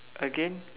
again